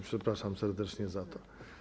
Przepraszam serdecznie za to.